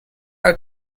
are